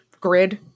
grid